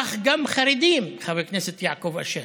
כך גם חרדים, חבר הכנסת יעקב אשר.